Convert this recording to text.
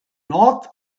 north